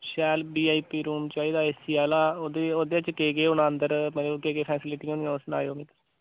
शैल VIP room चाहिदा AC आह्ला ओह्दे ओह्दे च केह् केह् होना अंदर मतलब केह् केह् फसिलिटियां होनियां ओह् सनाएयो मिकी